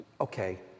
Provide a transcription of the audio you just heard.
okay